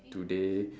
do they